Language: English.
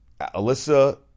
Alyssa